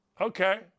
Okay